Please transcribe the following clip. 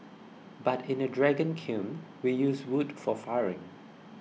but in a dragon kiln we use wood for firing